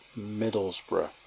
Middlesbrough